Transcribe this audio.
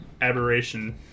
aberration